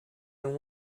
and